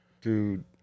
Dude